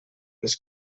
les